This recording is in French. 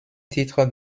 titre